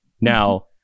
now